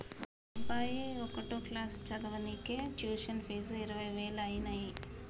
మా అబ్బాయి ఒకటో క్లాసు చదవనీకే ట్యుషన్ ఫీజు ఇరవై వేలు అయితన్నయ్యి